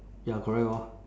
ya correct orh